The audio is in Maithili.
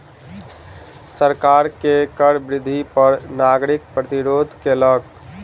सरकार के कर वृद्धि पर नागरिक प्रतिरोध केलक